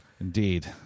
Indeed